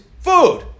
food